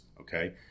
okay